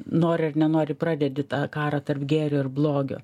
nori ar nenori pradedi tą karą tarp gėrio ir blogio